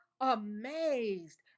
amazed